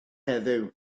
heddiw